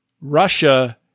Russia